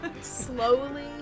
slowly